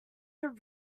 her